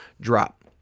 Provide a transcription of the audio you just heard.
drop